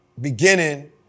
beginning